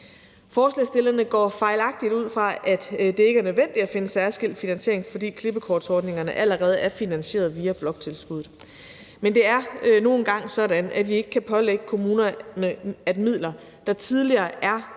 Forslagsstillerne går fejlagtigt ud fra, at det ikke er nødvendigt at finde særskilt finansiering, fordi klippekortsordningerne allerede er finansieret via bloktilskuddet. Men det er nu engang sådan, at vi ikke kan pålægge kommunerne, at midler, der tidligere er blevet